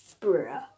Bruh